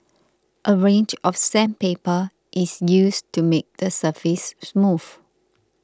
a range of sandpaper is used to make the surface smooth